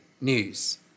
news